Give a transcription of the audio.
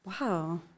Wow